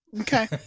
Okay